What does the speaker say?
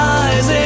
eyes